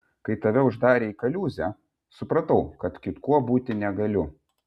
kai tave uždarė į kaliūzę supratau kad kitkuo būti negaliu